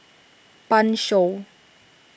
Pan Shou